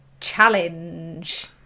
challenge